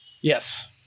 Yes